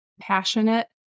passionate